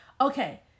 Okay